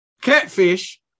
Catfish